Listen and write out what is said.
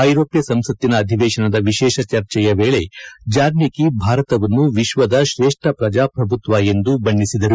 ಐರೋಪ್ಯ ಸಂಸತ್ತಿನ ಅಧಿವೇಶನದ ವಿಶೇಷ ಚರ್ಚೆಯ ವೇಳೆ ಜಾರ್ನೇಕಿ ಭಾರತವನ್ನು ವಿಶ್ವದ ತ್ರೇಷ್ಠ ಪ್ರಜಾಪ್ರಭುತ್ವ ಎಂದು ಬಣ್ಣೆಸಿದರು